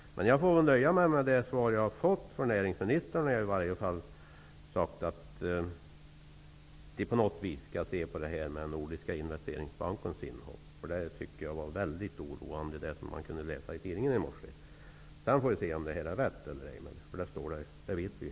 Jag får väl nöja mig med näringsministerns svar. Näringsministern har ju i alla fall sagt att Nordiska Investeringsbankens agerande skall undersökas. Jag tycker nämligen att det som man kunde läsa i tidningen i morse var väldigt oroande. Vi får sedan se om det var rätt eller ej.